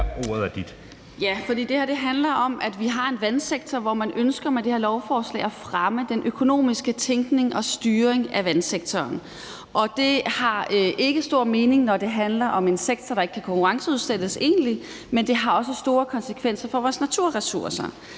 (UFG): Det her handler om, at vi har en vandsektor, som man med det her lovforslag forsøger at fremme den økonomiske tænkning og styring af. Det giver ikke god mening, når det handler om en sektor, der egentlig ikke kan konkurrenceudsættes, men det har også store konsekvenser for vores naturressourcer.